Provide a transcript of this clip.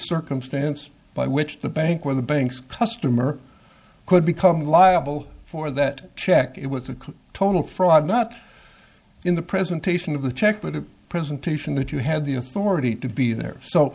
circumstance by which the bank or the banks customer could become liable for that check it was a total fraud not in the presentation of the check but a presentation that you had the authority to be there so